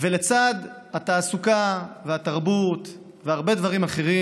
ולצד זה התעסוקה, התרבות והרבה דברים אחרים.